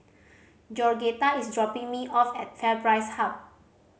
Georgetta is dropping me off at FairPrice Hub